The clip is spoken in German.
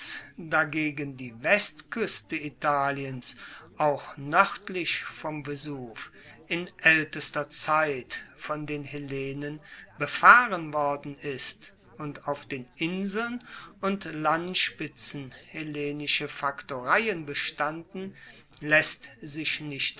dagegen die westkueste italiens auch noerdlich vom vesuv in aeltester zeit von den hellenen befahren worden ist und auf den inseln und landspitzen hellenische faktoreien bestanden laesst sich nicht